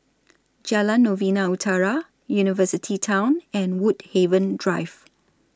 Jalan Novena Utara University Town and Woodhaven Drive